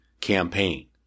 campaign